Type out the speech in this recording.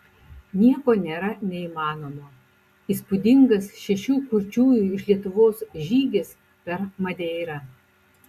nieko nėra neįmanomo įspūdingas šešių kurčiųjų iš lietuvos žygis per madeirą